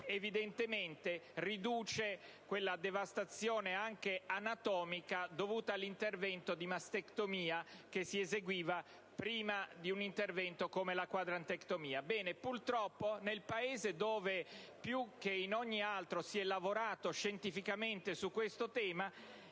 perché riduce quella devastazione anche anatomica dovuta all'intervento di mastectomia che si eseguiva prima di un intervento come la quadrantectomia. Ebbene, purtroppo, nel Paese dove più che in ogni altro si è lavorato scientificamente su questo tema,